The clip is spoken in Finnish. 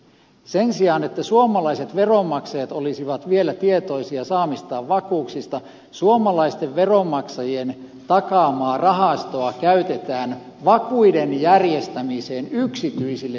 sen sijaan että suomalaiset veronmaksajat olisivat vielä tietoisia saamistaan vakuuksista suomalaisten veronmaksajien takaamaa rahastoa käytetään vakuuksien järjestämiseen yksityisille sijoittajille